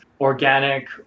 organic